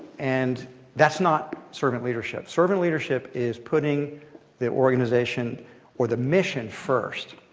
and that's not servant leadership. servant leadership is putting the organization or the mission first.